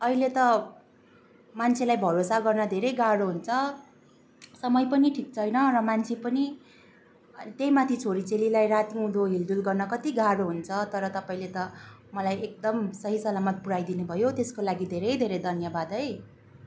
अहिले त मान्छेलाई भरोसा गर्न धेरै गाह्रो हुन्छ समय पनि ठिक छैन र मान्छे पनि त्यही माथि छोरी चेलीलाई राती हुँदो हिँडडुल गर्न कति गाह्रो हुन्छ तर तपाईँले त मलाई एकदम सही सलामत पुऱ्याइदिनु भयो त्यसको लागि धेरै धेरै धन्यवाद है